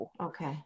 okay